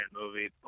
movie